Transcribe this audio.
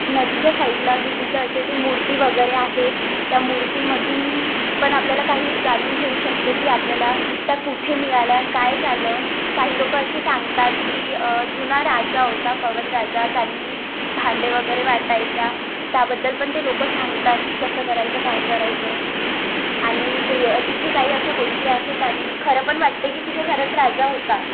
नदीच्या साईडला विविध अशा ते मूर्ती वगरे आहेत त्या मूर्तीमधून पण आपल्याला काही जाणून घेऊ शकतो की आपल्याला त्या कुठे मिळाल्या काय झालं काही लोकं असे सांगतात की जुना राजा होता पवन राजा त्यांनी भांडे वगैरे वाटायचा त्याबद्दल पण ते लोकं सांगतात की कसं करायचं काय करायचं आणि ते तिथे काही अशा गोष्टी आहेत आणि खरं पण वाटते की तिथे खरंच राजा होता